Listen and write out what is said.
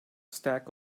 stack